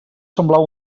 semblava